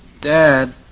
Dad